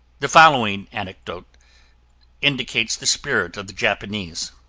the following anecdote indicates the spirit of the japanese